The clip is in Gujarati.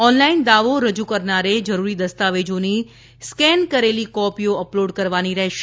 ઓનલાઈન દાવો રજુ કરનારે જરૂરી દસ્તાવેજોની સ્કેન કરેલી કોપીઓ અપલોડ કરવાની રહેશે